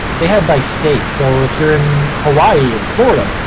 they have by state, so if you're in hawaii or florida,